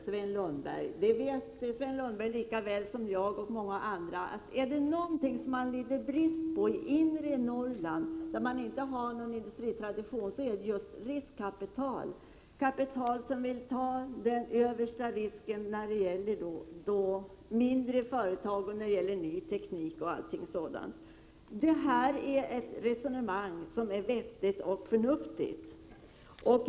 Sven Lundberg vet lika väl som jag och många andra att man i inre Norrland, där man inte har någon industritradition, saknar riskkapital, dvs. kapital som tar den översta risken i mindre företag när det gäller införande av ny teknik osv. Vårt förslag på denna punkt är vettigt.